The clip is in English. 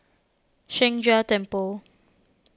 Sheng Jia Temple